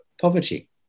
poverty